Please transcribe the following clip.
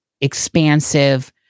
expansive